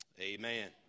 amen